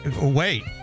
Wait